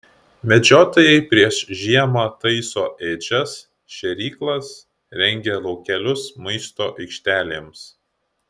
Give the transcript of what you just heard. medžiotojai prieš žiemą taiso ėdžias šėryklas rengia laukelius maisto aikštelėms